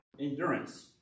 endurance